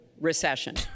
recession